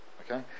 okay